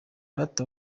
rata